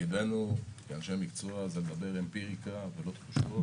תפקידנו כאנשי מקצוע זה לדבר אמפיריקה ולא תחושות.